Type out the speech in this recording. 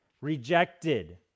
rejected